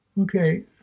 Okay